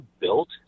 built